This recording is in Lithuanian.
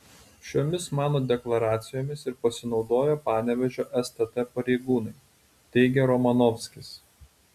šiomis mano deklaracijomis ir pasinaudojo panevėžio stt pareigūnai teigė romanovskis